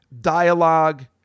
dialogue